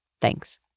Thanks